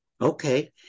Okay